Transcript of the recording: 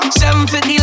750